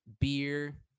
beer